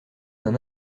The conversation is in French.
d’un